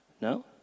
No